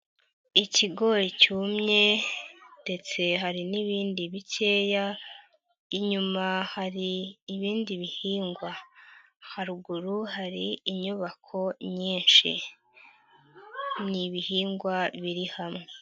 Ikigori cyumye ndetse hari n'ibindi bikeya, inyuma hari ibindi bihingwa. Haruguru hari inyubako nyinshi. Ni ibihingwa biri hamwe.